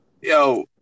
yo